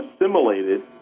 assimilated